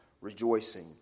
rejoicing